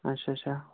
اچھا اچھا